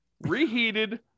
reheated